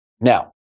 Now